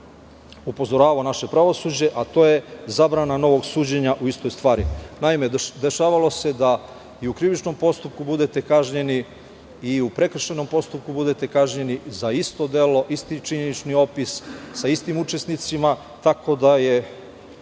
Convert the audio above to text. upozoravao naše pravosuđe a to je zabrana novog suđenja u istoj stvari. Naime, dešavalo se da i u krivičnom postupku budete kažnjeni i u prekršajnom postupku budete kažnjeni za isto delo, isti činjenični opis, sa istim učesnicima, tako da je